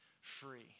free